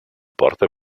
porta